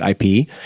IP